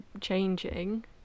changing